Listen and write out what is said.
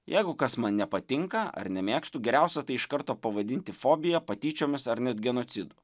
jeigu kas man nepatinka ar nemėgstu geriausia tai iš karto pavadinti fobija patyčiomis ar net genocidu